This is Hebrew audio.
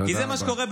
תודה רבה.